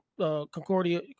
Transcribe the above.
Concordia